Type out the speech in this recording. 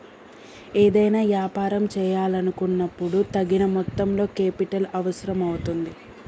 ఏదైనా యాపారం చేయాలనుకున్నపుడు తగిన మొత్తంలో కేపిటల్ అవసరం అవుతుంది